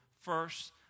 first